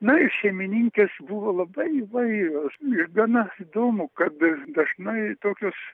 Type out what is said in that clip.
na ir šeimininkės buvo labai įvairios ir gana įdomu kad dažnai tokios